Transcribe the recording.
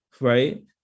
right